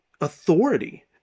authority